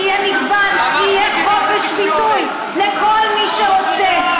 יהיה מגוון, יהיה חופש ביטוי לכל מי שרוצה.